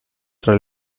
tra